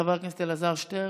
חבר הכנסת אלעזר שטרן.